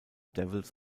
devils